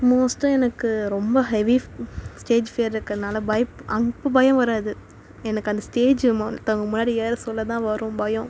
மோஸ்ட்டாக எனக்கு ரொம்ப ஹெவி ஸ்டேஜ் ஃபியர் இருக்கிறனால பயப் அப்போ பயம் வராது எனக்கு அந்த ஸ்டேஜை ஒருத்தவங்கள் முன்னாடி ஏற சொல்ல தான் வரும் பயம்